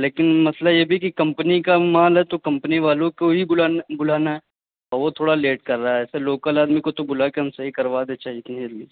لیکن مسئلہ یہ بھی ہے کہ کمپنی کا مال ہے تو کمپنی والوں کو ہی بلانا بلانا ہے اور وہ تھوڑا لیٹ کر رہا ہے سر لوکل آدمی کو تو بلا کے ہم صحیح کروا دیں چاہے جتنی جلدی